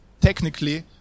technically